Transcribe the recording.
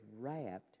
wrapped